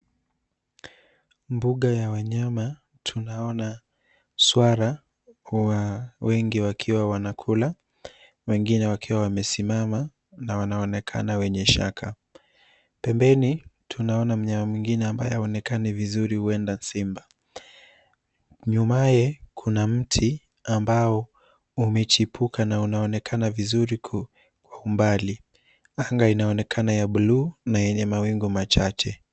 Mbuga ya wanyama. Tunaona swara wengi wakiwa wanakula wengine wakiwa wamesimama na wanaonekana wenye shaka. Pembeni tunaona mnyama mwingine ambaye haonekani vizuri, huenda simba . Nyumaye kuna mti ambao umechipuka na unaonekana vizuri kwa umbali. Anga inaonekana ya bluu na yenye mawingu machache.